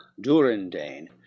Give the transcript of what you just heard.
durindane